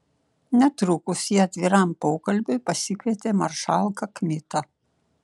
netrukus ji atviram pokalbiui pasikvietė maršalką kmitą